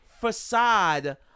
facade